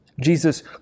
Jesus